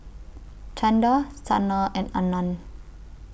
Chanda Sanal and Anand